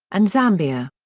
and zambia.